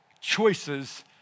choices